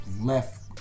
left